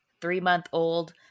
three-month-old